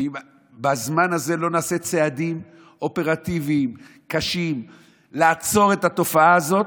אם בזמן הזה לא נעשה צעדים אופרטיביים קשים כדי לעצור את התופעה הזאת,